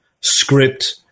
script